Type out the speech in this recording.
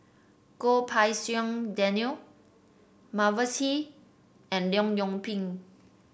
Goh Pei Siong Daniel Mavis Hee and Leong Yoon Pin